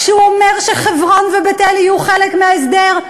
כשהוא אומר שחברון ובית-אל יהיו חלק מההסדר?